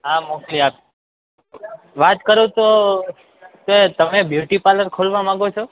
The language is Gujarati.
હા મોકલી આપો વાત કરું તો કે તમે બ્યુટી પાર્લર ખોલવા માગો છો